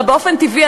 הרי באופן טבעי,